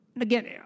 Again